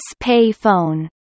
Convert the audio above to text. payphone